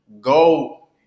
go